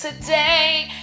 today